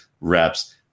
reps –